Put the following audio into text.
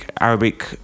arabic